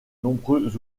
nombreux